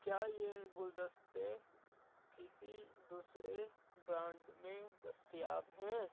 کیا یہ گلدستے کسی دوسرے برانڈ میں دستیاب ہیں